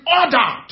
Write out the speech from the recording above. order